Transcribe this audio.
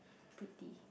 pretty